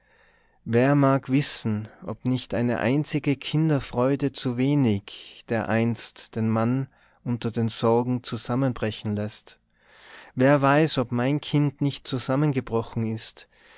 wer mag wissen ob nicht eine einzige kinderfreude zu wenig dereinst den mann unter den sorgen zusammenbrechen läßt wer weiß ob mein kind nicht zusammengebrochen ist